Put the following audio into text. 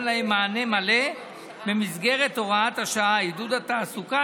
להם מענה מלא במסגרת הוראת השעה: עידוד התעסוקה,